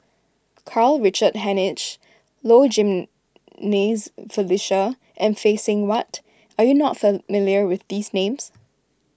Karl Richard Hanitsch Low Jimenez Felicia and Phay Seng Whatt are you not familiar with these names